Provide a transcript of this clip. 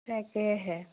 তাকেহে